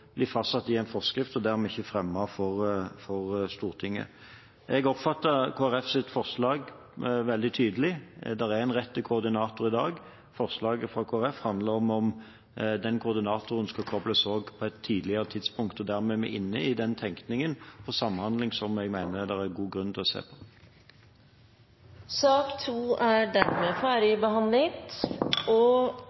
fastsatt i en forskrift og dermed ikke fremmet for Stortinget. Jeg oppfattet Kristelig Folkepartis forslag veldig tydelig. Det er en rett til koordinator i dag. Forslaget fra Kristelig Folkeparti handler om hvorvidt den koordinatoren også skal kobles inn på et tidligere tidspunkt. Dermed er vi inne i den tenkningen om samhandling som jeg mener det er god grunn til å se på. Sak nr. 2 er dermed